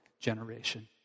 generation